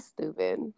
stupid